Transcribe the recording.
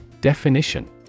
Definition